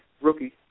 rookie